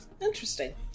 Interesting